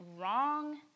wrong